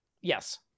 yes